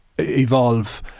Evolve